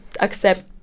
accept